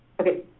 okay